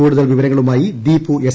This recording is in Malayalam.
കൂടുതൽ വിവരങ്ങളുമായി ദീപു എസ്